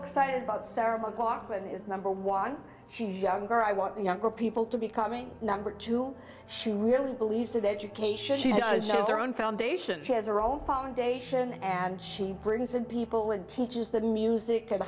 excited about sarah mclachlan is number one she's younger i want younger people to be coming number two she really believes of education she does their own foundation she has her own foundation and she brings in people and teaches the music